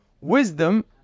wisdom